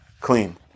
clean